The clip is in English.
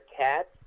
cats